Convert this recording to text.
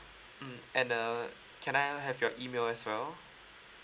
mm and uh can I have your email as well